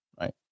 Right